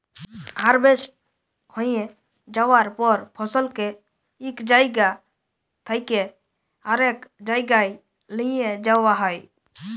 harvest হঁয়ে যাউয়ার পর ফসলকে ইক জাইগা থ্যাইকে আরেক জাইগায় লিঁয়ে যাউয়া হ্যয়